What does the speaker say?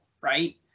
right